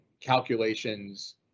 calculations